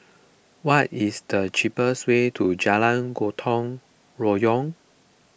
what is the cheapest way to Jalan Gotong Royong